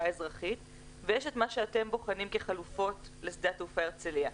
אזרחית ויש את מה שאתם בוחנים כחלופות לשדה התעופה הרצליה.